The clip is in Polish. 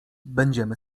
będziemy